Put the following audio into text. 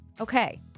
Okay